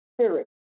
spirit